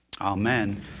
Amen